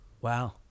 Wow